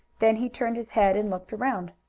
then he turned his head and looked around.